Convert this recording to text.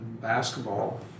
basketball